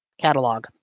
catalog